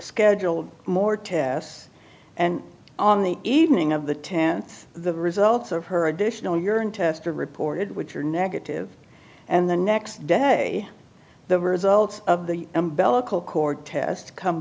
scheduled more tests and on the evening of the th the results of her additional urine test are reported which are negative and the next day the results of the umbrella call cord test come